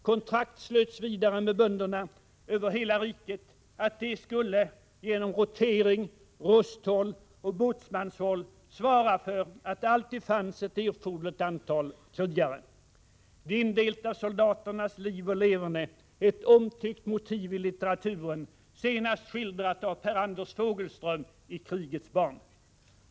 Kontrakt slöts vidare med bönderna över hela riket att de skulle genom rotering, rusthåll och båtsmanshåll svara för att det fanns ett erforderligt antal krigare. De indelta soldaternas liv och leverne är ett omtyckt motiv i litteraturen, senast skildrat av Per Anders Fogelström i ”Krigens barn”.